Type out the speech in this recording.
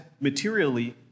materially